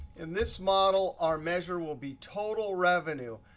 in this model, our measure will be total revenue.